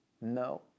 No